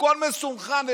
הכול מסונכרן.